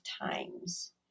times